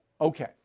Okay